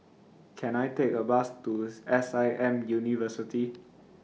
Can I Take A Bus to S I M University